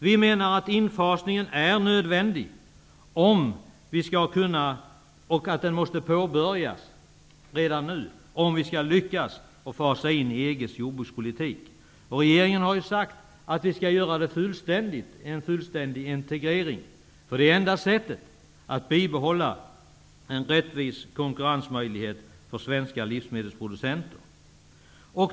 Vi menar att infasningen i EG:s jordbrukspolitik är nödvändig och måste påbörjas redan nu. Regeringen har sagt att vi skall göra en fullständig integrering, därför att det är det enda sättet att bibehålla en rättvis konkurrensmöjlighet för svenska livsmedelsproducenter.